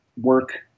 work